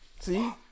See